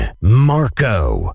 Marco